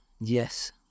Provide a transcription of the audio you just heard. Yes